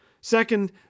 Second